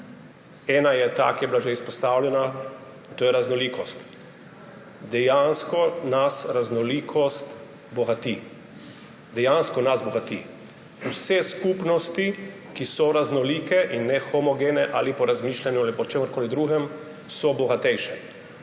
Ena je ta, ki je bila že izpostavljena, to je raznolikost. Dejansko nas raznolikost bogati. Dejansko nas bogati. Vse skupnosti, ki so raznolike in nehomogene ali po razmišljanju ali po čemerkoli drugem, so bogatejše.